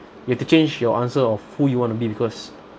you have to change your answer of who you want to be because